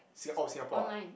sing oh Singapore ah